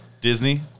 Disney